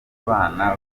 bana